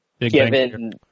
given